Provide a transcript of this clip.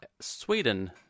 Sweden